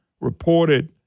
reported